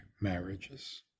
marriages